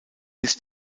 bis